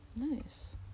nice